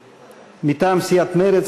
מטעם סיעת מרצ,